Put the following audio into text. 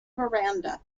verandah